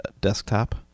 desktop